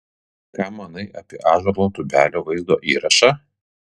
ką manai apie ąžuolo tubelio vaizdo įrašą